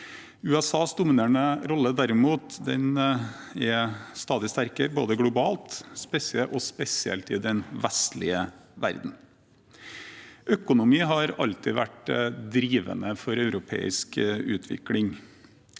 USAs dominerende rolle, derimot, er stadig sterkere – globalt, og spesielt i den vestlige verden. Økonomi har alltid vært drivende for europeisk utvikling,